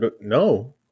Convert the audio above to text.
no